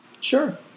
Sure